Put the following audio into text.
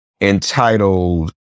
entitled